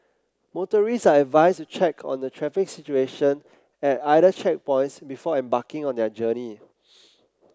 motorists are advised to check on the traffic situation at either checkpoints before embarking on their journey